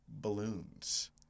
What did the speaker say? balloons